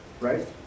Right